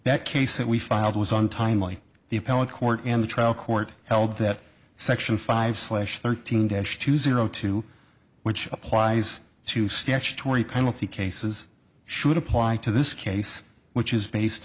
that case that we filed was untimely the appellate court and the trial court held that section five slash thirteen dash to zero two which applies to statutory penalty cases should apply to this case which is based